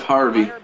Harvey